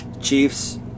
Chiefs